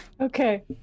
okay